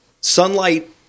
Sunlight